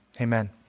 Amen